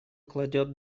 кладет